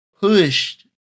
pushed